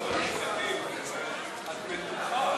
אי-אמון בממשלה לא נתקבלה.